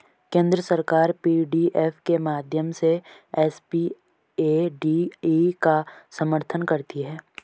केंद्र सरकार पी.डी.एफ के माध्यम से एस.पी.ए.डी.ई का समर्थन करती है